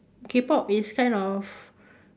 K-pop is kind of